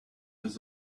was